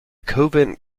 covent